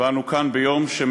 אני אומר לכבוד השר,